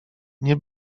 nie